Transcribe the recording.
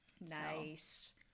Nice